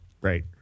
Right